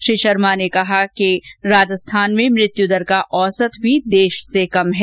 उन्होंने कहा कि राजस्थान में मृत्यु दर का औसत भी देश से कम है